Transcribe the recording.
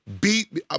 beat